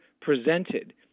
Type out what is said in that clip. presented